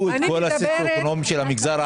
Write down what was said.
את כל הסוציו אקונומי של המגזר הערבי.